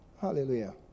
Hallelujah